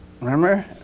Remember